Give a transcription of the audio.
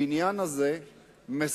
הבניין הזה משחק